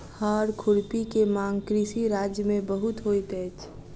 हअर खुरपी के मांग कृषि राज्य में बहुत होइत अछि